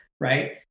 right